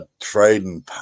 trading